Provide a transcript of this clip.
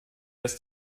ist